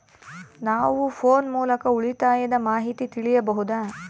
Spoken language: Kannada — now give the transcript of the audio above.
ನಾವು ಫೋನ್ ಮೂಲಕ ಉಳಿತಾಯದ ಮಾಹಿತಿ ತಿಳಿಯಬಹುದಾ?